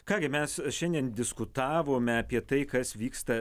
ką gi mes šiandien diskutavome apie tai kas vyksta